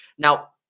Now